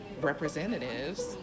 representatives